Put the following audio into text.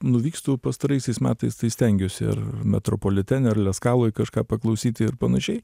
nuvykstu pastaraisiais metais tai stengiuosi ir metropolitene ar leskaloj kažką paklausyti ir panašiai